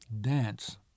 dance